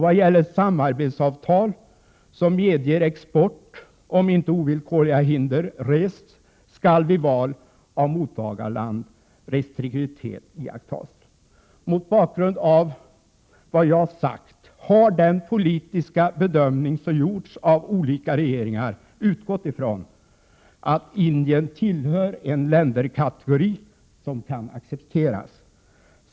Vad gäller ett samarbetsavtal som medger export om inte ovillkorliga hinder rests skall vid val av mottagarland restriktivitet iakttas. Mot bakgrund av vad jag har sagt har den politiska bedömning som gjorts av olika regeringar utgått ifrån att Indien tillhör en länderkategori som kan accepteras.